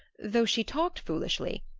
though she talked foolishly,